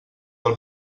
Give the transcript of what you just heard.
del